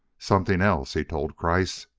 something else, he told kreiss.